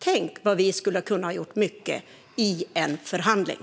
Tänk hur mycket vi skulle kunna ha gjort i en förhandling!